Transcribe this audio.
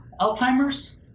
Alzheimer's